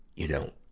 you know,